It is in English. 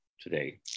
today